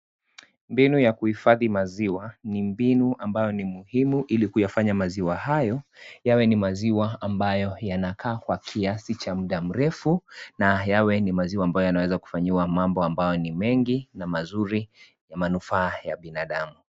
Mbinu ya kuhifadhi maziwa, ni mbinu ambayo ni muhimu, ili kuyafanya maziwa hayo, yawe ni maziwa ambayo yanakaa kwa kiasi cha mda mrefu, na yawe ni maziwa ambayo yanaweza kufanyiwa mambo ambayo ni mengi, na mazuri ya manufaa ya binadamu.